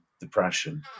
depression